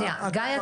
גאיה,